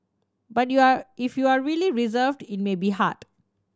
but you are if you are really reserved it may be hard